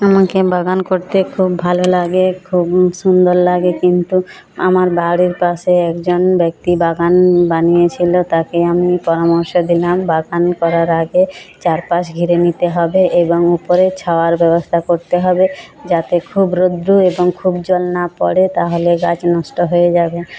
আমাকে বাগান করতে খুব ভালো লাগে খুব সুন্দর লাগে কিন্তু আমার বাড়ির পাশে একজন ব্যক্তি বাগান বানিয়েছিলো তাকে আমি পরামর্শ দিলাম বাগান করার আগে চারপাশ ঘিরে নিতে হবে এবং উপরে ছাওয়ার ব্যবস্থা করতে হবে যাতে খুব রোদ্দুর এবং খুব জল না পড়ে তাহলে গাছ নষ্ট হয়ে যাবে